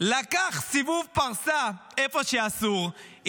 לקח סיבוב פרסה איפה שאסור,